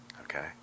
Okay